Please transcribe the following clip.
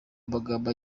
amagambo